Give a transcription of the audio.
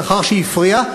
לאחר שהפריע,